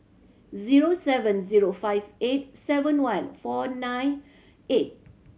zero seven zero five eight seven one four nine eight